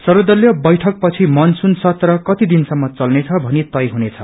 सर्वदलीय बेठक पछि मनसून सत्र कति दिन सम्म चल्नेछ भनी तय हुनेछ